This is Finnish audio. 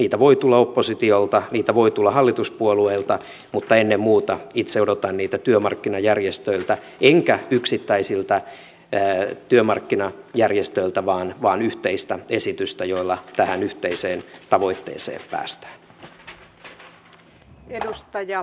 niitä voi tulla oppositiolta niitä voi tulla hallituspuolueilta mutta ennen muuta itse odotan niitä työmarkkinajärjestöiltä enkä yksittäisiltä työmarkkinajärjestöiltä vaan yhteistä esitystä jolla tähän yhteiseen tavoitteeseen päästään